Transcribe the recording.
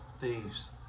thieves